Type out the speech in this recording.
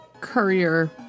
courier